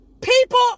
People